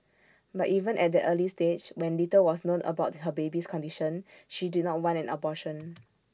but even at that early stage when little was known about her baby's condition she did not want an abortion